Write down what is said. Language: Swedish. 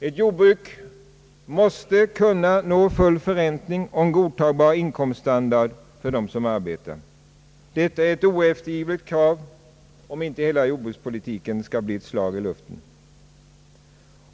Ett jordbruk måste kunna ge full förräntning och en godtagbar inkomststandard för dem som arbetar där. Detta är ett oeftergivligt krav om inte hela jordbrukspolitiken skall bli ett slag i luften.